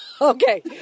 okay